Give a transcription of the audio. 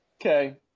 Okay